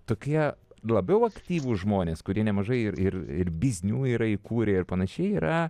tokie labiau aktyvūs žmonės kurie nemažai ir ir ir biznių yra įkūrę ir panašiai yra